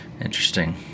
Interesting